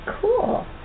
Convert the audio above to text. Cool